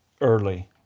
Early